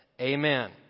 Amen